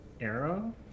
arrow